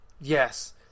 Yes